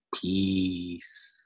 peace